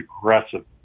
aggressive